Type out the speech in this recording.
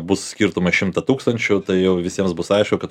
bus skirtumą šimtą tūkstančių tai jau visiems bus aišku kad